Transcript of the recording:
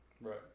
Right